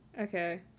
Okay